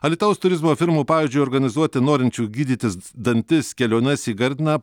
alytaus turizmo firmų pavyzdžiui organizuoti norinčių gydytis dantis keliones į gardiną